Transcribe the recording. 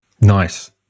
Nice